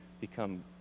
become